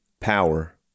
power